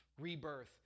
rebirth